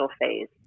phase